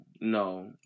no